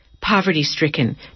poverty-stricken